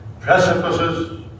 precipices